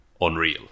unreal